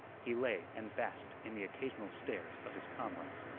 he lay and basked in the occasional stares of his comrades.